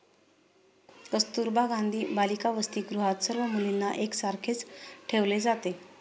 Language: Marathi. कस्तुरबा गांधी बालिका वसतिगृहात सर्व मुलींना एक सारखेच ठेवले जाते